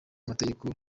amategeko